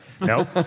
Nope